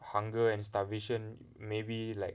hunger and starvation maybe like